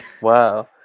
Wow